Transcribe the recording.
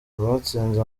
abatsinze